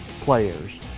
players